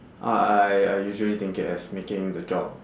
I I I usually think it as making the jobs